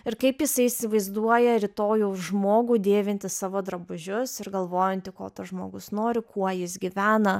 ir kaip jisai įsivaizduoja rytojaus žmogų dėvintį savo drabužius ir galvojantį ko tas žmogus nori kuo jis gyvena